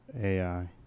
AI